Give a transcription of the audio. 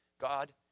God